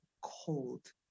cold